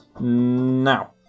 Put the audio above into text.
now